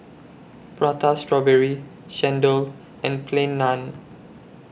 Prata Strawberry Chendol and Plain Naan